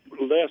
less